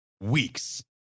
weeks